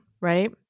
right